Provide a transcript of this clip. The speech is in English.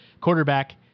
quarterback